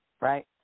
right